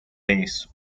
base